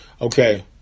Okay